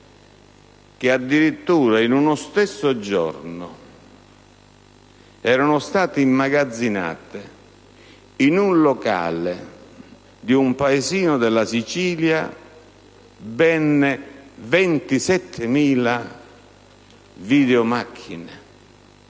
che addirittura in uno stesso giorno furono immagazzinate in un locale di un paesino della Sicilia ben 27.000 video macchine.